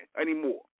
anymore